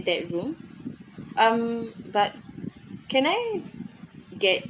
that room um but can I get